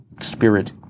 spirit